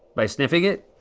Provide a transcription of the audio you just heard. by sniffing it?